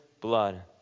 blood